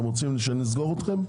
אתם רוצים שנסגור אתכם?